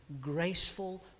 graceful